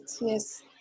yes